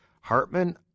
Hartman